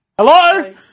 Hello